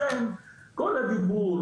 לכן כל הדיבור,